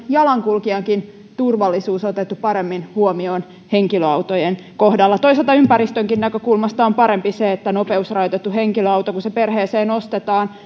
jalankulkijankin turvallisuus on otettu paremmin huomioon henkilöautojen kohdalla toisaalta ympäristönkin näkökulmasta on parempi se että nopeusrajoitettu henkilöauto kun se perheeseen ostetaan